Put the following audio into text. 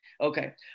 okay